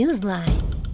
Newsline